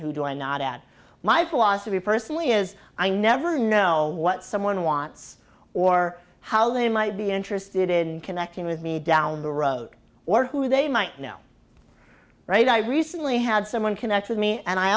who do i not at my philosophy personally is i never know what someone wants or how they might be interested in connecting with me down the road or who they might know right i recently had someone connect with me and i